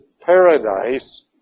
paradise